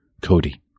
Cody